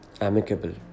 amicable